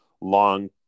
long